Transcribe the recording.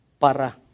para